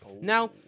Now